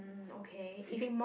um okay if